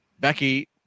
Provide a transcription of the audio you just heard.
Becky